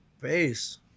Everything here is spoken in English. base